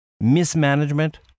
Mismanagement